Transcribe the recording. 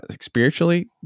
spiritually